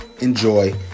enjoy